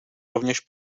rovněž